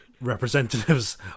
representatives